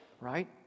right